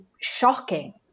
shocking